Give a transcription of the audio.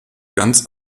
ganz